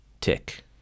Tick